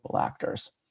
actors